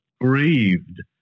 grieved